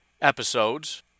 episodes